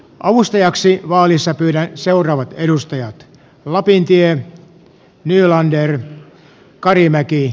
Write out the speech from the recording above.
avustajiksi vaalissa pyydän seuraavat edustajat lapintien nylander karimäki